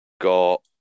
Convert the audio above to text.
got